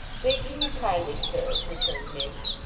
thanking you kindly, sir returned miggs,